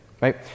right